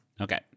Okay